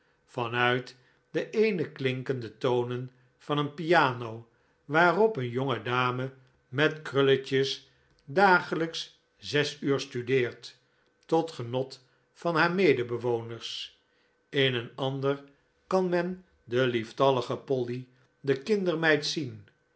uit den eene klinken de tonen van een piano waarop een jonge dame met krulletjes dagelijks zes uur studeert tot genot van haar medebewoners in een ander kan men de lieftallige polly de kindermeid zien